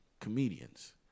comedians